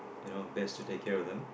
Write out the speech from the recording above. you know best to take care of them